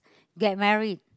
get married